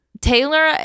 Taylor